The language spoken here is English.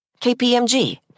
KPMG